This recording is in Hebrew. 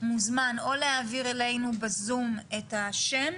מוזמן או להעביר אלינו בזום את השם,